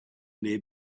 their